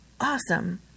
awesome